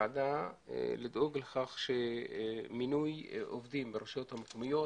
כוועדה לדאוג לכך שמינוי עובדים ברשויות המקומיות,